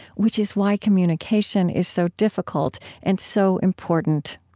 which is why communication is so difficult and so important.